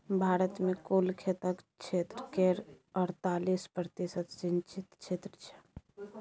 भारत मे कुल खेतक क्षेत्र केर अड़तालीस प्रतिशत सिंचित क्षेत्र छै